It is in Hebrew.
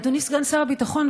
אדוני סגן שר הביטחון,